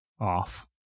off